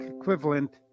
equivalent